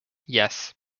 yes